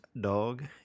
dog